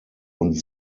und